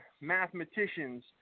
mathematicians